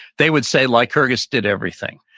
they would say lycurgus did everything,